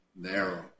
narrow